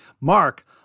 Mark